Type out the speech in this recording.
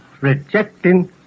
rejecting